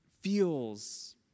feels